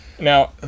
Now